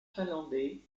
finlandais